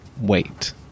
wait